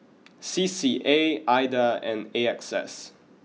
C C A Ida and A X S